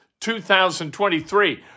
2023